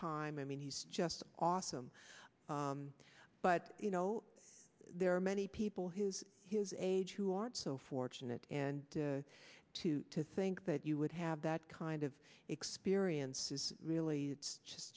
time i mean he's just awesome but you know there are many people his his age who aren't so fortunate in the two to think that you would have that kind of experience is really